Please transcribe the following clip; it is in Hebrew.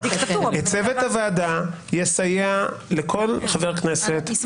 צוות הוועדה יסייע לכל חבר כנסת שלא מצליח.